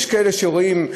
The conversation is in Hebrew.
יש כאלה שרואים.